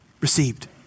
received